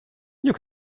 you